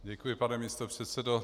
Děkuji, pane místopředsedo.